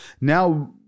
now